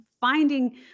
finding